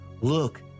Look